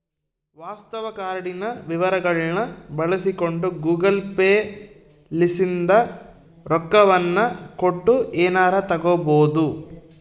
ವಾಸ್ತವ ಕಾರ್ಡಿನ ವಿವರಗಳ್ನ ಬಳಸಿಕೊಂಡು ಗೂಗಲ್ ಪೇ ಲಿಸಿಂದ ರೊಕ್ಕವನ್ನ ಕೊಟ್ಟು ಎನಾರ ತಗಬೊದು